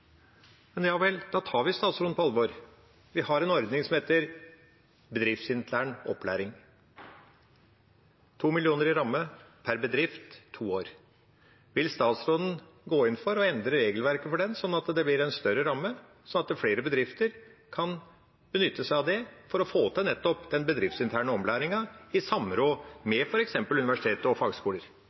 Men ja vel, da tar vi statsråden på alvor. Vi har en ordning som heter Bedriftsintern opplæring – 2 mill. kr i ramme per bedrift, to år. Vil statsråden gå inn for å endre regelverket for den, slik at det blir en større ramme, slik at flere bedrifter kan benytte seg av den for å få til nettopp den bedriftsinterne opplæringen i samråd med f.eks. universiteter og fagskoler?